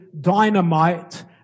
dynamite